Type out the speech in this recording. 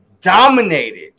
dominated